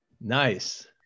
Nice